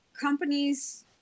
companies